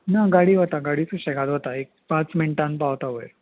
ना गाडी वता गाडी सुशेगाद वता एक पांच मिणटान पावता वयर